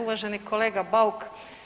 Uvaženi kolega Bauk.